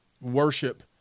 worship